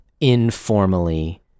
informally